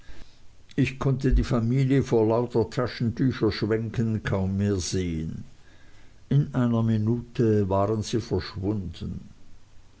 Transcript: ich konnte die familie vor lauter taschentücherschwenken kaum mehr sehen in einer minute waren sie verschwunden